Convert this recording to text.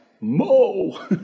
Mo